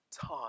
time